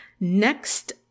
Next